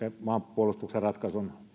ja meidän maanpuolustuksen ratkaisun